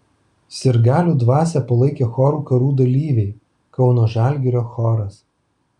sirgalių dvasią palaikė chorų karų dalyviai kauno žalgirio choras